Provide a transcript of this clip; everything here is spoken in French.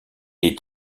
est